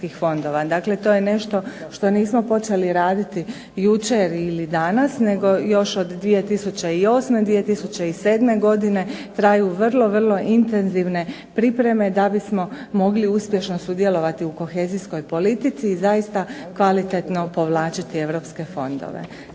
Dakle, to je nešto što nismo počeli raditi jučer ili danas nego još od 2008., 2007. godine traju vrlo, vrlo intenzivne pripreme da bismo mogli uspješno sudjelovati u kohezijskoj politici i zaista kvalitetno povlačiti europske fondove.